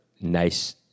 nice